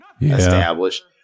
established